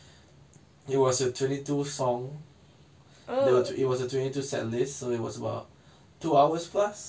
it was a twenty two song there were it was a twenty two set list so it was about two hours plus